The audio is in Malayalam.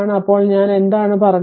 അപ്പോൾ ഞാൻ എന്താണ് പറഞ്ഞത്